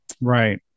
Right